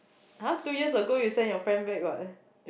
[huh] two years ago you send your friend back what